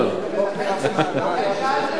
לכן שאלתי אותך.